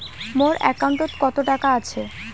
মোর একাউন্টত কত টাকা আছে?